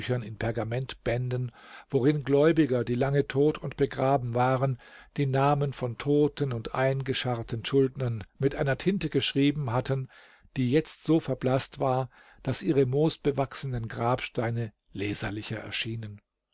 in pergamentbänden worin gläubiger die lange tot und begraben waren die namen von toten und eingescharrten schuldnern mit einer tinte geschrieben hatten die jetzt so verblaßt war daß ihre moosbewachsenen grabsteine leserlicher erschienen